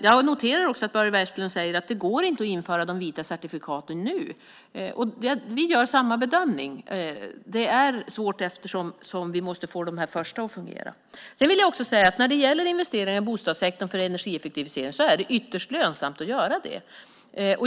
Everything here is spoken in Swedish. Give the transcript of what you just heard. Jag noterar att Börje Vestlund säger att det inte går att nu införa de vita certifikaten. Vi gör samma bedömning. Det är svårt eftersom vi först måste få de andra att fungera. När det gäller investeringar i bostadssektorn för energieffektivisering är det ytterst lönsamt att göra dem.